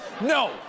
No